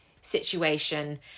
situation